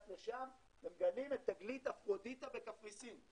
ומגלים את תגלית אפרודיטה בקפריסין.